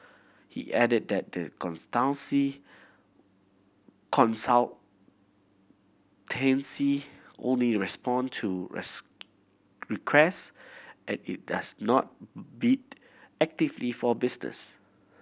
he added that the consultancy only respond to requests and it does not bid actively for business